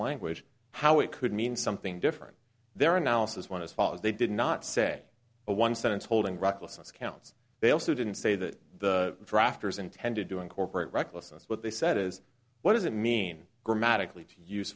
language how it could mean something different their analysis when as far as they did not say a one sentence holding recklessness counts they also didn't say that the drafters intended to incorporate recklessness what they said is what does it mean grammatically to use